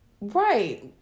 Right